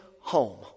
home